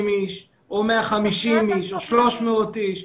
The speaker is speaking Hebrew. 250 אנשים